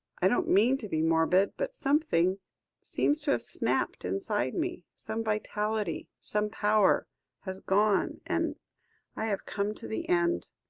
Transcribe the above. i don't mean to be morbid. but something seems to have snapped inside me some vitality, some power has gone, and i have come to the end.